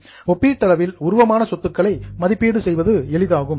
relatively ஒப்பீட்டளவில் உருவமான சொத்துக்களை மதிப்பீடு செய்வது எளிதாகும்